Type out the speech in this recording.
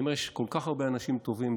אני אומר: יש כל כך הרבה אנשים טובים,